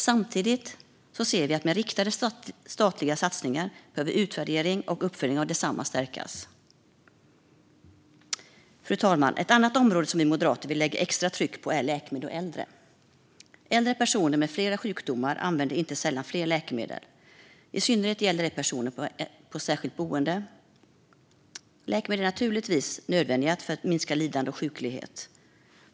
Samtidigt ser vi när det gäller riktade statliga satsningar att utvärdering och uppföljning av desamma behöver stärkas. Fru talman! Ett annat område som vi moderater vill lägga extra tryck på är läkemedel och äldre. Äldre personer med flera sjukdomar använder inte sällan flera läkemedel. I synnerhet gäller det personer på särskilt boende. Läkemedel är naturligtvis nödvändiga för att minska lidande och sjuklighet.